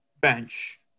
bench